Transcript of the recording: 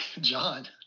john